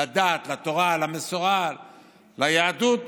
לדת, לתורה, למסורה, ליהדות,